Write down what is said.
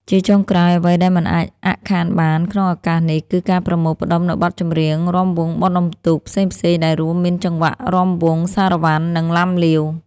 ជាចុងក្រោយ អ្វីដែលមិនអាចអាក់ខានបានក្នុងឱកាសនេះ គឺការប្រមូលផ្តុំនូវបទចម្រៀង រាំវង់បុណ្យអ៊ុំទូក ផ្សេងៗដែលរួមមានចង្វាក់រាំវង់ សារ៉ាវ៉ាន់ និងឡាំលាវ។